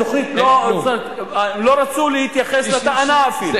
התוכנית לא, הם לא רצו להתייחס לטענה אפילו.